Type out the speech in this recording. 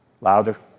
Louder